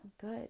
good